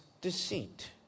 deceit